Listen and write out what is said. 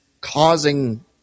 causing